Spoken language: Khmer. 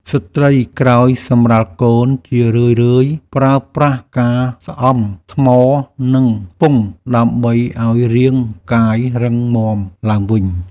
ស្ត្រីក្រោយសម្រាលកូនជារឿយៗប្រើប្រាស់ការស្អំថ្ម និងឆ្ពង់ដើម្បីឱ្យរាងកាយរឹងមាំឡើងវិញ។